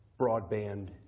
broadband